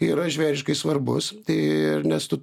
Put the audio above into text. yra žvėriškai svarbus tai nes tu